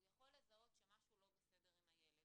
הוא יכול לזהות שמשהו לא בסדר עם הילד.